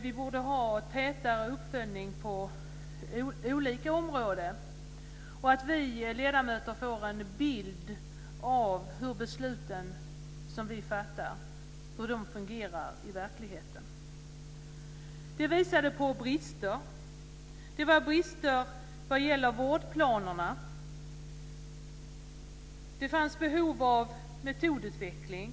Vi borde ha tätare uppföljningar på olika områden. Det gäller för oss ledamöter att få en bild av hur de beslut som vi fattar fungerar i verkligheten. Det visades på brister. Det var brister vad gäller vårdplanerna och det fanns behov av metodutveckling.